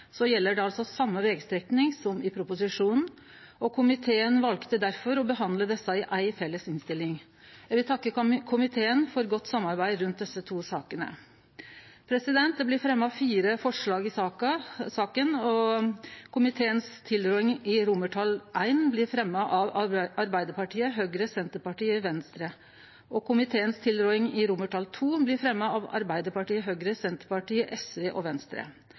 det altså same vegstrekning som i proposisjonen, og komiteen valde difor å behandle desse i éi felles innstilling. Eg vil takke komiteen for godt samarbeid rundt desse to sakene. Det blir fremja fire forslag i saka. Komiteens tilråding I blir fremja av Arbeidarpartiet, Høgre, Senterpartiet og Venstre, og komiteens tilråding II blir fremja av Arbeidarpartiet, Høgre, Senterpartiet, SV og Venstre.